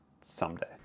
someday